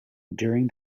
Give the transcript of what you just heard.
during